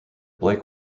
blake